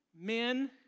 men